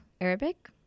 Arabic